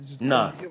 No